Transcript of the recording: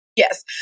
Yes